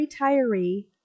retiree